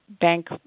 bank